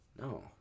No